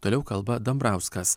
toliau kalba dambrauskas